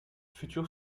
futur